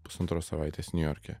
pusantros savaitės niujorke